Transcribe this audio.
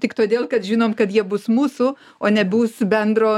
tik todėl kad žinom kad jie bus mūsų o nebus bendro